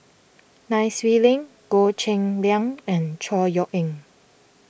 Nai Swee Leng Goh Cheng Liang and Chor Yeok Eng